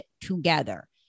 together